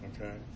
okay